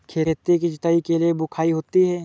खेती की जुताई के बाद बख्राई होती हैं?